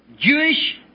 Jewish